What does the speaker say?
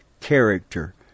character